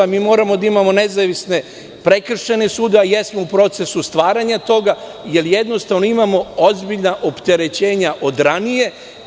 Moramo da imamo nezavisne prekršajne sudove, jesmo u procesu stvaranja toga, ali, jednostavno imamo ozbiljna opterećenja od ranije.